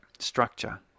Structure